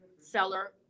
seller